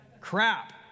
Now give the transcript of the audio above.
Crap